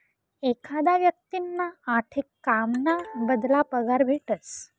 एखादा व्यक्तींना आठे काम ना बदला पगार भेटस